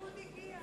מזל שהליכוד הגיע.